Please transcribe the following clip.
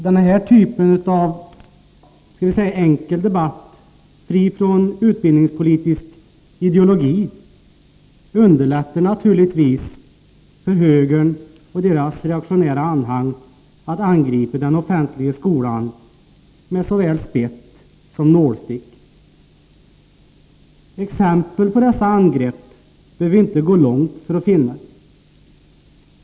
Denna typ av, så att säga, enkel debatt, fri från utbildningspolitisk ideologi, underlättar naturligtvis för högern och dess reaktionära anhang att angripa den offentliga skolan med såväl spett som nålstick. Exempel på dessa angrepp behöver vi inte gå långt för att finna.